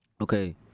Okay